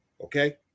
Okay